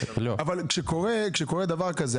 אבל כשקורה דבר כזה,